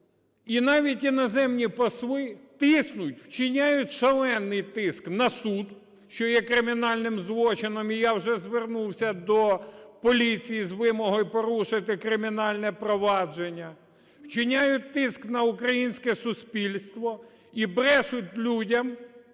і навіть іноземні посли, тиснуть, вчиняють шалений тиск на суд, що є кримінальним злочином. І я вже звернувся до поліції з вимогою порушити кримінальне провадження. Вчиняють тиск на українське суспільство і брешуть людям,